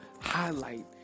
highlight